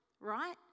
right